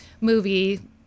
movie